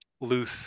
loose